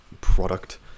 product